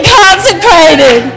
consecrated